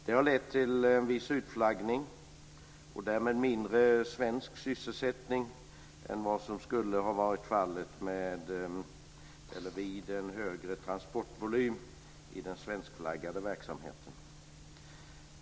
Det har lett till en viss utflaggning och därmed mindre svensk sysselsättning än vad som skulle ha varit fallet vid en större transportvolym i den svenskflaggade verksamheten.